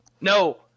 No